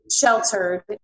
sheltered